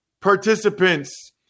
participants